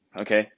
okay